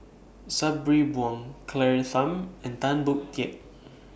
Sabri Buang Claire Tham and Tan Boon Teik